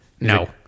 No